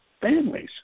families